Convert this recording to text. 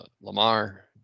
Lamar